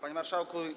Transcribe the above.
Panie Marszałku!